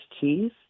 cheese